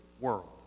world